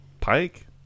Pike